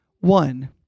One